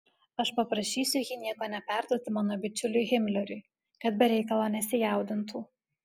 aš paprašysiu jį nieko neperduoti mano bičiuliui himleriui kad be reikalo nesijaudintų